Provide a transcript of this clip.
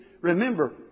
Remember